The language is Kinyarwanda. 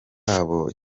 babo